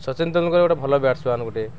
ସଚ୍ଚିନ୍ ତେନ୍ଦୁଲକର ଗୋଟେ ଭଲ ବ୍ୟାଟସ୍ମ୍ୟାନ୍ ଗୋଟେ